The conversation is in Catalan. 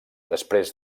després